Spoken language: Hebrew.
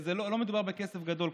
לא מדובר בכסף גדול.